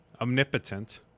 omnipotent